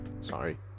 sorry